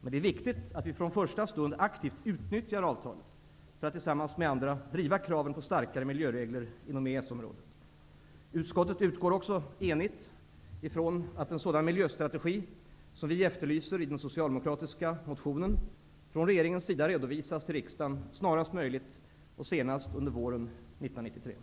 men det är viktigt att vi från första stund aktivt utnyttjar avtalet, för att tillsammans med andra driva kraven på starkare miljöregler inom EES-området. Utskottet utgår enigt från att en sådan miljöstrategi, som vi efterlyser i den socialdemokratiska motionen, redovisas av regeringen till riksdagen snarast möjligt, senast under våren 1993.